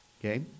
okay